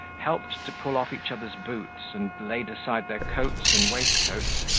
helped to pull off each other's boots, and laid aside their coats and waistcoats,